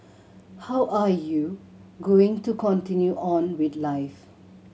how are you going to continue on with life